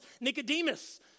Nicodemus